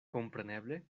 kompreneble